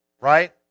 Right